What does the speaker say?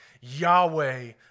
Yahweh